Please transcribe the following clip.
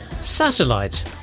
Satellite